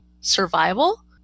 survival